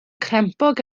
crempog